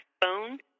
phone